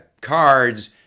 cards